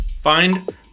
Find